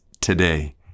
today